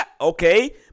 Okay